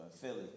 Philly